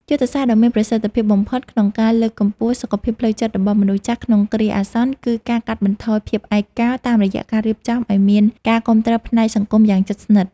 យុទ្ធសាស្ត្រដ៏មានប្រសិទ្ធភាពបំផុតក្នុងការលើកកម្ពស់សុខភាពផ្លូវចិត្តរបស់មនុស្សចាស់ក្នុងគ្រាអាសន្ន គឺ ការកាត់បន្ថយភាពឯកោ តាមរយៈការរៀបចំឱ្យមានការគាំទ្រផ្នែកសង្គមយ៉ាងជិតស្និទ្ធ។